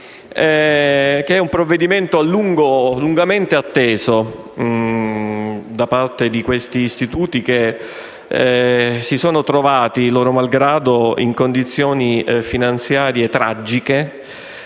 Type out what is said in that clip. di una misura lungamente attesa da parte di questi istituti che si sono trovati, loro malgrado, in condizioni finanziarie tragiche